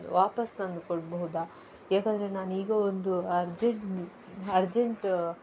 ವಾಪಸ್ ತಂದು ಕೊಡಬಹುದಾ ಯಾಕೆಂದ್ರೆ ನಾನೀಗ ಒಂದು ಅರ್ಜೆಂಟ್ ಅರ್ಜೆಂಟ್